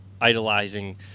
idolizing